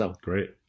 Great